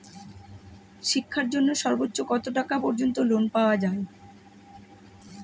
শিক্ষার জন্য সর্বোচ্চ কত টাকা পর্যন্ত লোন পাওয়া য়ায়?